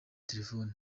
telefoni